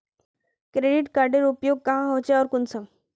Credit कार्डेर उपयोग क्याँ होचे आर कुंसम?